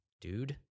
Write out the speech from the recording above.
dude